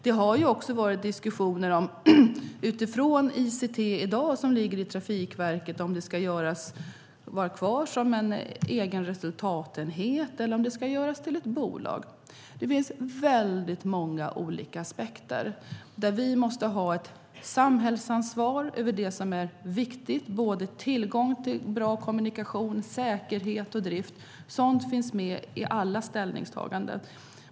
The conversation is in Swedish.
Det har också förts diskussioner om huruvida ICT ska vara kvar i Trafikverket som en egen resultatenhet eller om det ska göras till ett bolag. Det finns väldigt många olika aspekter. Vi måste ha ett samhällsansvar över det som är viktigt. Det handlar om tillgång till bra kommunikationer, säkerhet och drift. Sådant finns med i alla ställningstaganden.